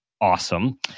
awesome